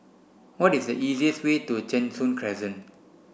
what is the easiest way to Cheng Soon Crescent